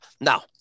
Now